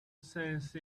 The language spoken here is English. sense